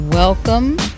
Welcome